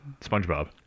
SpongeBob